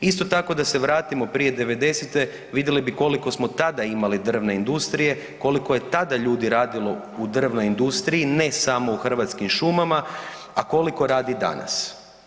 Isto tako da se vratimo prije '90.-te vidjeli bi koliko smo tada imali drvne industrije, koliko je tada ljudi radilo u drvnoj industriji, ne samo u Hrvatskim šumama, a koliko radi danas.